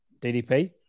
DDP